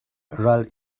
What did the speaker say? ral